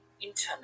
internet